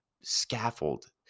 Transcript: scaffold